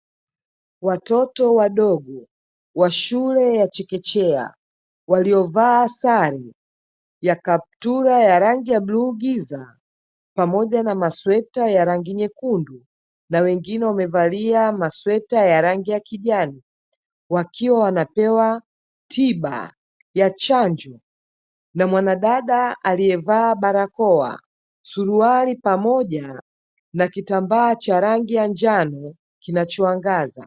Watoto wadogo wa shule ya chekechea waliovaa sare ya kaptura ya rangi ya bluu giza pamoja na masweta ya rangi nyekundu na wengine wamevalia masweta ya rangi ya kijani, wakiwa wanapewa tiba ya chanjo na mwanadada aliyevaa barakoa, suruali pamoja na kitambaa cha njano kinachoangaza.